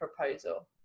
proposal